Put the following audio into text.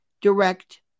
direct